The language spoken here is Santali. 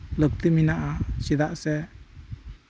ᱞᱟᱹᱠᱛᱤ ᱢᱮᱱᱟᱜᱼᱟ ᱪᱮᱫᱟᱜ ᱥᱮ